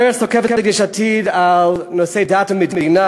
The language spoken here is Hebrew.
מרצ תוקפת את יש עתיד על נושאי דת ומדינה,